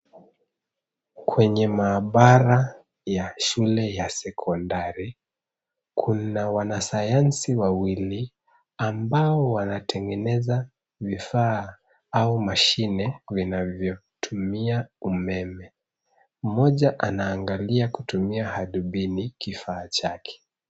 Kwenye maabara ya shule ya sekondari, kuna wanasayansi wawili ambao wanatengeneza vifaa au mashine vinavyotumia umeme. Mmoja anaangalia kutumia hadubini kifaa chake.